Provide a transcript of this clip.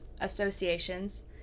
associations